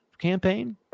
campaign